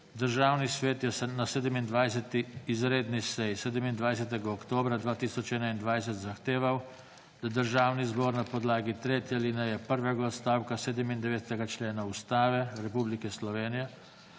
Državni svet je na 27. izredni seji 27. oktobra 2021 zahteval, da Državni zbor na podlagi tretje alineje prvega odstavka 97. člena Ustave Republike Slovenije